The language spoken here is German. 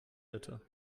bitte